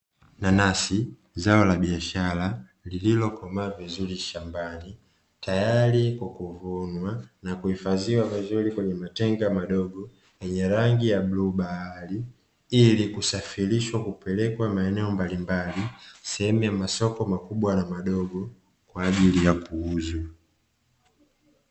Nanasi zao la biashara liliokomaa vizuri shambani, tayari kuvunwa na kuhifadhiwa vizuri kwenye matenga madogo yenye rangi ya bluu bahari, ili kusafirishwa kupelekwa maeneo mbalimbali, sehemu ya masoko makubwa na madogo kwa ajili ya kuuzwa.